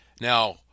Now